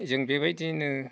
जों बेबायदिनो